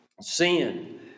sin